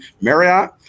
Marriott